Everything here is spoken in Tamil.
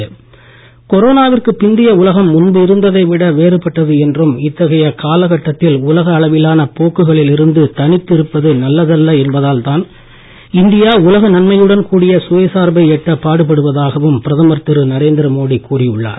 மோடி பதில் கொரோனாவிற்கு பிந்தைய உலகம் முன்பு இருந்ததை விட வேறுபட்டது என்றும் இத்தகைய கால கட்டத்தில் உலக அளவிலான போக்குகளில் இருந்து தனித்து இருப்பது நல்லதல்ல என்பதால் தான் நன்மையுடன் கூடிய சுயசார்பை எட்டப் இந்தியா உலக பாடுபடுவதாகவும் பிரதமர் திரு நரேந்திர மோடி கூறி உள்ளார்